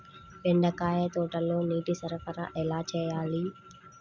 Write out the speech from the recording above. బెండకాయ తోటలో నీటి సరఫరా ఎలా చేయాలి?